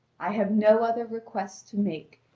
i have no other request to make,